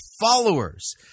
followers